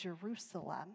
Jerusalem